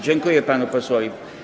Dziękuję panu posłowi.